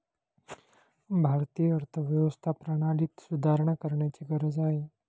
भारतीय अर्थव्यवस्था प्रणालीत सुधारणा करण्याची गरज आहे